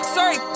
Sorry